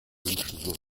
nicht